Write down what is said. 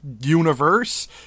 universe